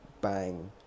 bang